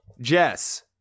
Jess